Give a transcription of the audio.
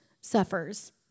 suffers